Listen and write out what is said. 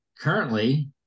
currently